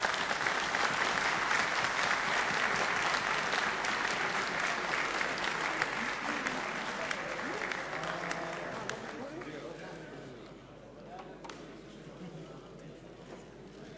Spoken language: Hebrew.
רבותי